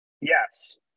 yes